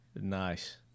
Nice